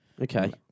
Okay